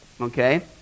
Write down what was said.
Okay